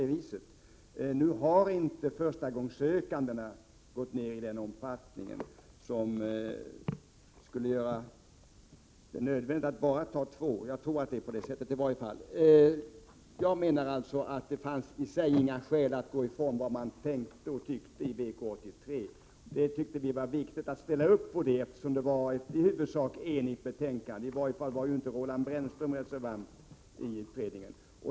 Jag tror inte att antalet förstagångssökande har gått ned i den omfattningen att det är nödvändigt att ha bara två skolor, och jag menar att det inte finns några skäl att gå ifrån den uppfattning man har framfört i VK 83. Vi har tyckt att det är viktigt, eftersom det var ett i huvudsak enigt betänkande. I varje fall var inte Roland Brännström reservant i utredningen.